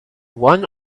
one